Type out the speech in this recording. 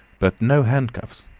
but no handcuffs.